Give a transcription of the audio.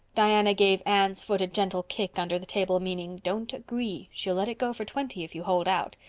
diana gave anne's foot a gentle kick under the table, meaning, don't agree she'll let it go for twenty if you hold out.